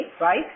right